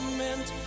meant